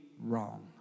wrong